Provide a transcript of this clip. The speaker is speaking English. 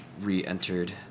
re-entered